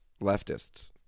leftists